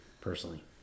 personally